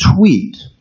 tweet